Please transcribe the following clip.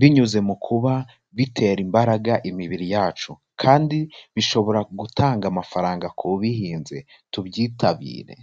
binyuze mu kuba bitera imbaraga imibiri yacu, kandi bishobora gutanga amafaranga k'ubihinze tubyitabire.